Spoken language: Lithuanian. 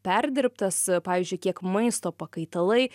perdirbtas pavyzdžiui kiek maisto pakaitalai